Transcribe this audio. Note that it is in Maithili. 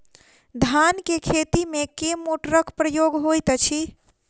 धान केँ खेती मे केँ मोटरक प्रयोग होइत अछि?